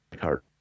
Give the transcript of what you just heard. hard